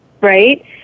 right